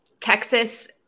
Texas